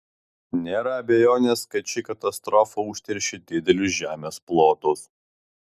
nėra abejonės kad ši katastrofa užteršė didelius žemės plotus